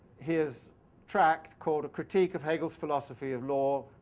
his tract called a critique of hegel's philosophy of law,